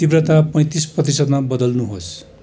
तीव्रता पैँतिस प्रतिशतमा बदल्नुहोस्